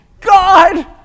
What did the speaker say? God